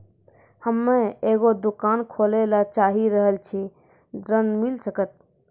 हम्मे एगो दुकान खोले ला चाही रहल छी ऋण मिल सकत?